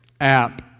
app